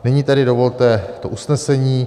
Nyní tedy dovolte to usnesení: